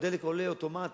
הדלק עולה אוטומטית,